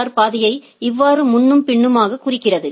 R பாதையை இவ்வாறு முன்னும் பின்னுமாக குறிக்கிறது